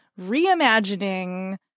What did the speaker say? reimagining